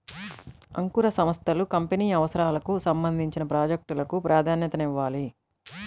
అంకుర సంస్థలు కంపెనీ అవసరాలకు సంబంధించిన ప్రాజెక్ట్ లకు ప్రాధాన్యతనివ్వాలి